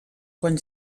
quan